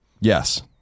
Yes